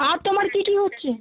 আর তোমার কী কী হচ্ছে